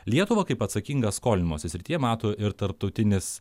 lietuvą kaip atsakingą skolinimosi srityje mato ir tarptautinis